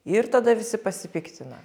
ir tada visi pasipiktina